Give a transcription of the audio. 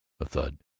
a thud.